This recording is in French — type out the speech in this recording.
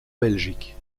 belgique